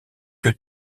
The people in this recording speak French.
que